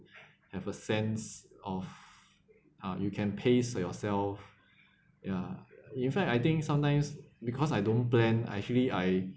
have a sense of uh you can pace yourself ya in fact I think sometimes because I don't plan actually I